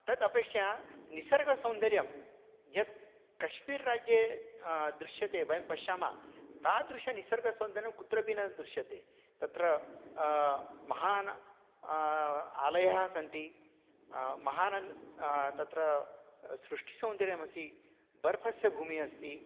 तत् अपेक्षया निसर्गसौन्दर्यं यत् कश्मीर राज्ये दृश्यते वयं पश्यामः तादृशनिसर्गसौन्दर्यं कुत्रपि न दृश्यते तत्र महान् आलयः सन्ति महान् तत्र सृष्टिसौन्दर्यमसि बर्फस्य भूमिः अस्ति